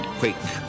quake